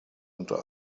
unter